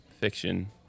fiction